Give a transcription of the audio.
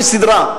כסדרה,